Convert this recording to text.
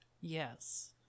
Yes